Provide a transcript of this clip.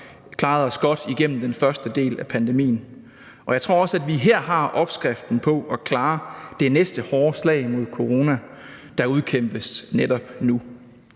klaret sig godt igennem den første del af pandemien. Og jeg tror også, at vi her har opskriften på at klare det næste hårde slag mod corona, der udkæmpes netop nu.